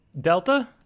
Delta